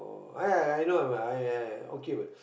I I I know I I'm uh okay what